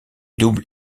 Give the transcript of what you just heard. double